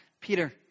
Peter